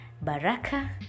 Baraka